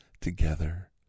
together